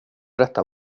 detta